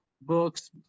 books